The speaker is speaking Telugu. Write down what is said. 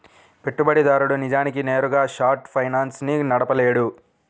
పెట్టుబడిదారుడు నిజానికి నేరుగా షార్ట్ ఫైనాన్స్ ని నడపలేడు